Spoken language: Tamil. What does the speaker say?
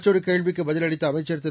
மற்றொரு கேள்விக்குப் பதிலளித்த அமைச்சர் திரு